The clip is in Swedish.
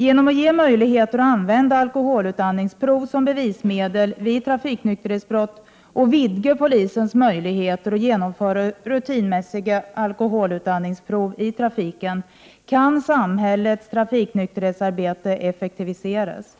Genom att ge möjligheter att använda alkoholutandningsprov som bevismedel vid trafiknykterhetsbrott och vidga polisens möjligheter att genomföra rutinmässiga alkoholutandningsprov i trafiken kan samhällets trafiknykterhetsarbete effektiviseras.